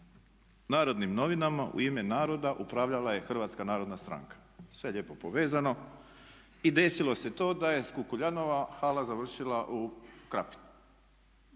Narodnim novinama u ime naroda upravljala je Hrvatska narodna stranka. Sve je lijepo povezano. I desilo se to da je s Kukuljanova hala završila u Krapini.